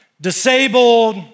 disabled